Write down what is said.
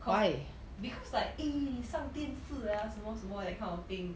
because because like eh 你上电视 ah 什么什么 that kind of thing